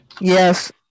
Yes